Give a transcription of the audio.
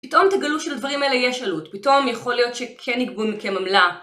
פתאום תגלו שלדברים האלה יש עלות, פתאום יכול להיות שכן יגבו מכם עמלה.